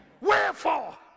wherefore